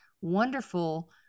wonderful